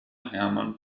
hermann